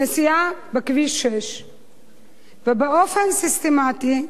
על הנסיעה בכביש 6. באופן סיסטמטי,